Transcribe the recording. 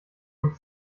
gut